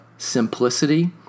Simplicity